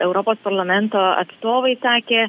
europos parlamento atstovai sakė